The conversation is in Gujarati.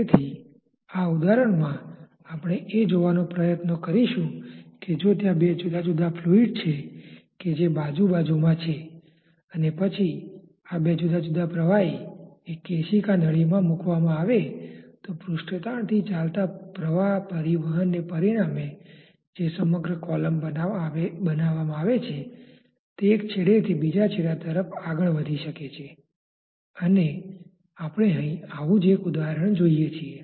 તેથી આ ઉદાહરણમાં આપણે એ જોવાનો પ્રયત્ન કરીશું કે જો ત્યાં બે જુદા જુદા ફ્લુઈડ છે કે જે બાજુ બાજુમાં છે અને પછી આ બે જુદા જુદા પ્રવાહી એક કેશિકા નળીમાં મૂકવામાં આવે તો પૃષ્ઠતાણથી ચાલતા પ્રવાહ પરિવહનને પરિણામે જે સમગ્ર કોલમ બનાવવામાં આવે છે તે એક છેડેથી બીજા છેડા તરફ આગળ વધી શકે છે અને આપણે અહીં આવું જ એક ઉદાહરણ જોઈએ છીએ